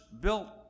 built